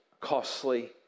costly